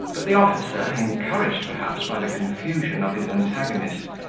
but the officer, encouraged perhaps by the confusion of his antagonist,